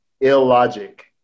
illogic